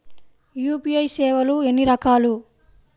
UPI సేవలు ఎన్నిరకాలు?